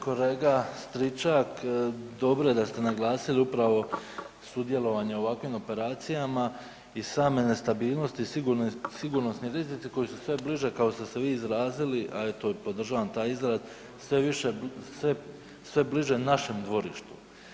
Kolega Stričak dobro je da ste naglasili upravo sudjelovanje u ovakvim operacijama i same nestabilnosti i sigurnosni rizici koji su sve bliže kao što ste vi izrazili, a eto i podržavam taj izraz, sve bliže našem dvorištu.